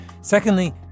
Secondly